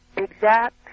exact